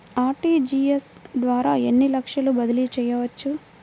RTGS ద్వారా ఎన్ని లక్షలు బదిలీ చేయవచ్చు?